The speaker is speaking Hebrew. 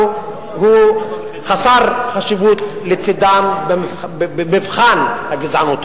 הוא חסר חשיבות לצדם במבחן הגזענות.